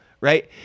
right